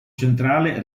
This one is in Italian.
centrale